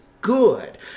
good